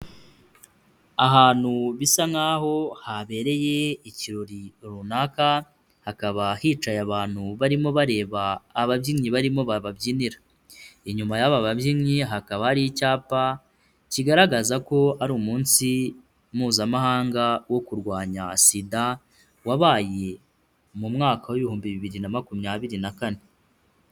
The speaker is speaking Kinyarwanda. Ahantu bisa nkaho habereye ikirori runaka hakaba hicaye abantu barimo bareba ababyinnyi barimo bababyinira, inyuma y'aba babyinnyi hakaba hari icyapa kigaragaza ko ari Umunsi Mpuzamahanga wo kurwanya SIDA wabaye mu mwaka w'ibihumbi bibiri na makumyabiri na kane.